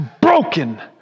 broken